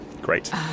Great